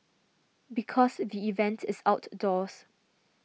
because the event is outdoors